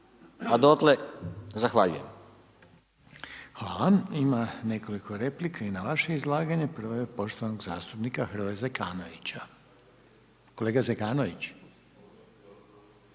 Željko (HDZ)** Hvala. Ima nekoliko replika i na vaše izlaganje. Prvo je od poštovanog zastupnika Hrvoja Zekanovića. Kolega Zekanović.